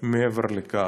מעבר לכך.